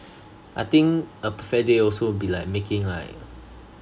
I think a perfect day also be like making like